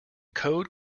code